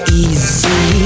easy